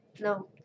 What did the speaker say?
No